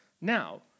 now